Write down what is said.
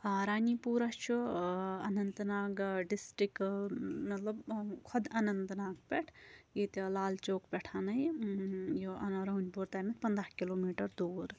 رانی پورہ چھُ Anantnag district مطلب خۄد اننت ناگ پٮ۪ٹھ ییٚتہِ لالچوک پٮ۪ٹھ اَنے یہِ اران پوٗر تامٮ۪تھ پَنٛداہ کِلوٗمیٖٹَر دوٗر